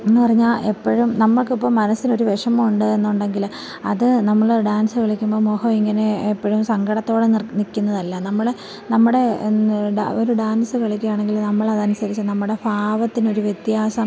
എന്ന് പറഞ്ഞാൽ എപ്പോഴും നമുക്കിപ്പോൾ മനസ്സിനൊരു വിഷമം ഉണ്ട് എന്നുണ്ടെങ്കിൽ അത് നമ്മൾ ഡാൻസ് കളിക്കുമ്പോൾ മുഖം ഇങ്ങനെ എപ്പോഴും സങ്കടത്തോടെ നിർ നിൽക്കുന്നതല്ല നമ്മൾ നമ്മുടെ ഒരു ഡാൻസ് കളിക്കുവാണെങ്കിൽ നമ്മൾ അതനുസരിച്ച് നമ്മുടെ ഭാവത്തിനൊരു വ്യത്യാസം